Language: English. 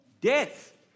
death